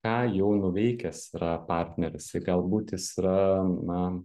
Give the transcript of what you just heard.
ką jau nuveikęs yra partneris i galbūt jis yra na